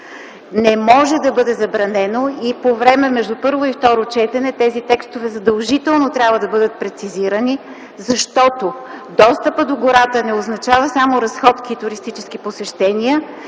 Не може да бъде забранено. Между първо и второ четене тези текстове задължително трябва да бъдат прецизирани, защото достъпът до гората не означава само разходки и туристически посещения,